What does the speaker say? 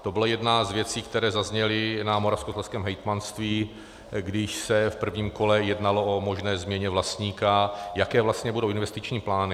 To byla jedna z věcí, která zazněly na moravskoslezském hejtmanství, když se v prvním kole jednalo o možné změně vlastníka, jaké vlastně budou investiční plány.